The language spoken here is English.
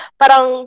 parang